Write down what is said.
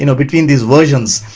you know between these versions.